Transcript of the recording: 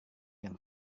yang